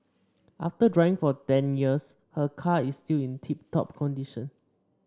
after driving for ten years her car is still in tip top condition